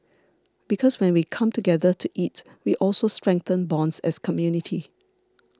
because when we come together to eat we also strengthen bonds as community